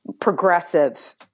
progressive